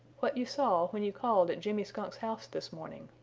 what you saw when you called at jimmy skunk's house this morning.